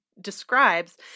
describes